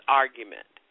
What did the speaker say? argument